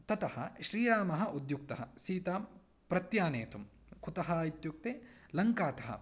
ततः श्रीरामः उद्युक्तः सीतां प्रत्यानेतुं कुतः इत्युक्ते लङ्कातः